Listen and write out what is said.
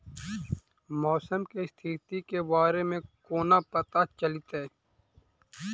मौसम केँ स्थिति केँ बारे मे कोना पत्ता चलितै?